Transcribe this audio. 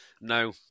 No